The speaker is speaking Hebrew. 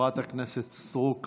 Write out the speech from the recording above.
חברת הכנסת סטרוק ראשונה,